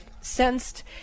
sensed